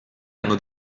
hanno